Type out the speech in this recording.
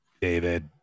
David